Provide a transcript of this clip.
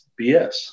BS